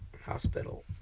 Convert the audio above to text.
hospital